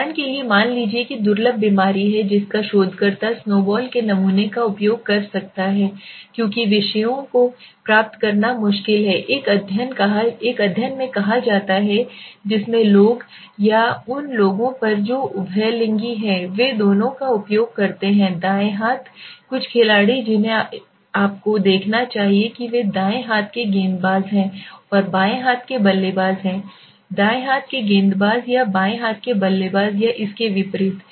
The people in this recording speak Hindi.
उदाहरण के लिए मान लीजिए कि दुर्लभ बीमारी है जिसका शोधकर्ता स्नोबॉल के नमूने का उपयोग कर सकता है क्योंकि विषयों को प्राप्त करना मुश्किल है एक अध्ययन कहा जाता है जिसमें लोग या उन लोगों पर जो उभयलिंगी हैं वे दोनों का उपयोग करते हैं दाएं हाथ कुछ खिलाड़ी जिन्हें आपको देखना चाहिए कि वे दाएं हाथ के गेंदबाज हैं और बाएं हाथ के बल्लेबाज हैं दाएं हाथ के गेंदबाज या बाएं हाथ के बल्लेबाज या इसके विपरीत